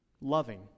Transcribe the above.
loving